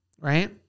right